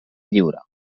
lliure